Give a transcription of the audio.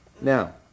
Now